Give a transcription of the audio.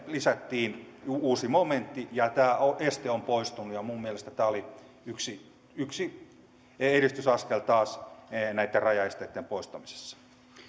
lisättiin uusi momentti ja tämä este on poistunut minun mielestäni tämä oli yksi yksi edistysaskel taas näitten rajaesteitten poistamisessa